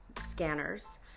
scanners